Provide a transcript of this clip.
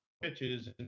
pitches